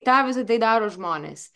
tą visą tai daro žmonės